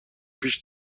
پیش